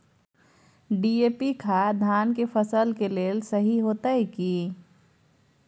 DAP खाद धान के फसल के लेल सही होतय की?